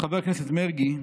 חבר הכנסת מרגי.